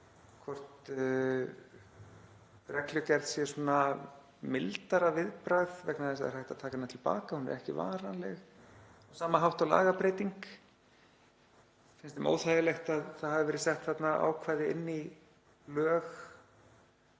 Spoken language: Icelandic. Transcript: hvort reglugerð sé mildara viðbragð vegna þess að það er hægt að taka hana til baka. Hún er ekki varanleg á sama hátt og lagabreyting. Finnst þeim óþægilegt að það hafi verið sett þarna ákvæði inn í lög,